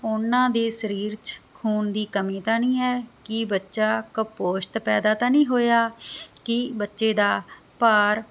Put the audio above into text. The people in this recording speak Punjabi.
ਉਹਨਾਂ ਦੇ ਸਰੀਰ ਚ ਖੂਨ ਦੀ ਕਮੀ ਤਾਂ ਨਹੀਂ ਹੈ ਕੀ ਬੱਚਾ ਕਪੋਸ਼ਤ ਪੈਦਾ ਤਾਂ ਨਹੀਂ ਹੋਇਆ ਕਿ ਬੱਚੇ ਦਾ ਭਾਰ